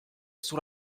sous